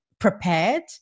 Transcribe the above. Prepared